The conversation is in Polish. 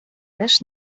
też